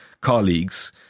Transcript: colleagues